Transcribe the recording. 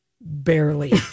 Barely